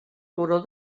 turó